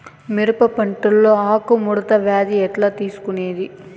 మిరప పంటలో ఆకు ముడత వ్యాధి ఎట్లా తెలుసుకొనేది?